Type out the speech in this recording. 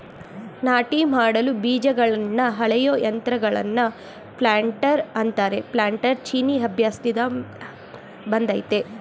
ನಾಟಿ ಮಾಡಲು ಬೀಜಗಳನ್ನ ಅಳೆಯೋ ಯಂತ್ರಗಳನ್ನ ಪ್ಲಾಂಟರ್ ಅಂತಾರೆ ಪ್ಲಾನ್ಟರ್ ಚೀನೀ ಅಭ್ಯಾಸ್ದಿಂದ ಬಂದಯ್ತೆ